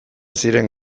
ziren